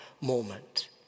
moment